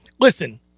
Listen